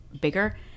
bigger